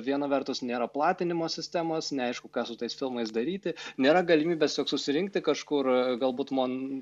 viena vertus nėra platinimo sistemos neaišku ką su tais filmais daryti nėra galimybės siog susirinkti kažkur galbūt mon